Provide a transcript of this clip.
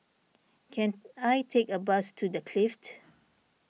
can I take a bus to the Clift